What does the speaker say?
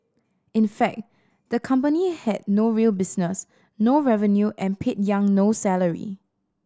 in fact the company had no real business no revenue and paid Yang no salary